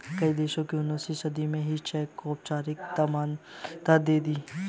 कई देशों ने उन्नीसवीं सदी में ही चेक को औपचारिक मान्यता दे दी